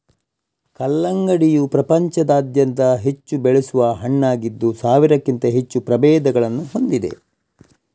ಕಲ್ಲಂಗಡಿಯು ಪ್ರಪಂಚಾದ್ಯಂತ ಹೆಚ್ಚು ಬೆಳೆಸುವ ಹಣ್ಣಾಗಿದ್ದು ಸಾವಿರಕ್ಕಿಂತ ಹೆಚ್ಚು ಪ್ರಭೇದಗಳನ್ನು ಹೊಂದಿದೆ